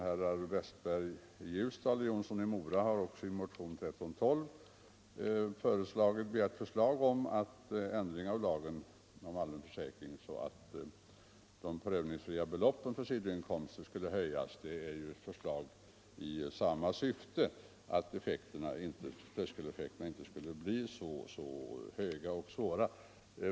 Herrar Westberg i Ljusdal och Jonsson i Mora har i motionen 1312 begärt förslag till ändring av lagen om allmän försäkring så att de prövningsfria beloppen för sidoinkomster skulle höjas, och det är ett förslag i samma syfte, dvs. att effekterna inte skulle bli så svåra för vederbörande pensionärer.